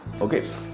okay